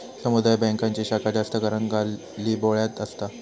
समुदाय बॅन्कांची शाखा जास्त करान गल्लीबोळ्यात असता